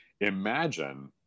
imagine